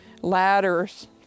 ladders